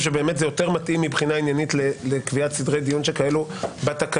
שבאמת זה יותר מתאים מבחינה עניינית לקביעת סדרי דיון שכאלה בתקנון.